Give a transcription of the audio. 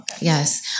Yes